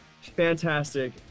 Fantastic